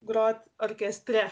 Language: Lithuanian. grot orkestre